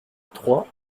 trois